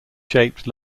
shaped